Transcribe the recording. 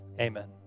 amen